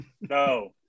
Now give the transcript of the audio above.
No